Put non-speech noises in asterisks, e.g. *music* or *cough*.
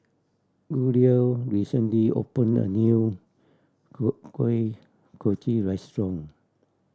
Guido recently opened a new *unintelligible* Kuih Kochi restaurant